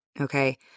Okay